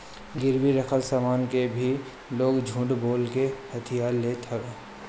गिरवी रखल सामान के भी लोग झूठ बोल के हथिया लेत हवे